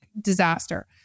disaster